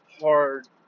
hard